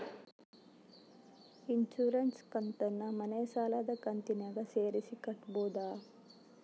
Insurance ಕಂತನ್ನ ಮನೆ ಸಾಲದ ಕಂತಿನಾಗ ಸೇರಿಸಿ ಕಟ್ಟಬೋದ?